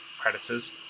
predators